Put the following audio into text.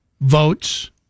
votes